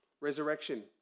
Resurrection